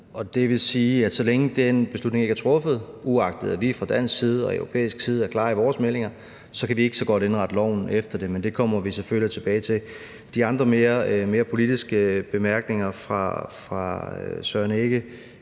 Det vil sige, at så længe den beslutning ikke er truffet, uagtet at vi fra dansk side og europæisk side er klar i vores meldinger, så kan vi ikke så godt indrette loven efter det, men det kommer vi selvfølgelig tilbage til. De andre mere politiske bemærkninger fra Søren Egge